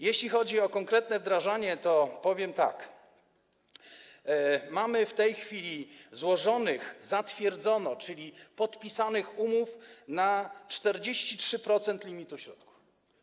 Jeśli chodzi o konkretne wdrażanie, to powiem tak: mamy w tej chwili złożonych, bo zatwierdzono, czyli podpisanych umów na 43% limitu środków.